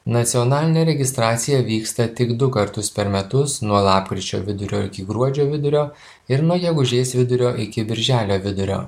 nacionalinė registracija vyksta tik du kartus per metus nuo lapkričio vidurio iki gruodžio vidurio ir nuo gegužės vidurio iki birželio vidurio